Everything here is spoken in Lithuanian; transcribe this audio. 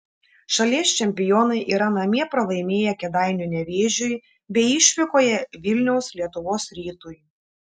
šalies čempionai yra namie pralaimėję kėdainių nevėžiui bei išvykoje vilniaus lietuvos rytui